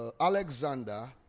Alexander